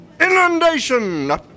inundation